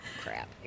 crap